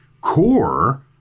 core